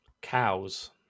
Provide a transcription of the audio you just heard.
Cows